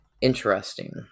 Interesting